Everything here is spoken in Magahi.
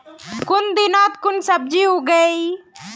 कुन दिनोत कुन सब्जी उगेई?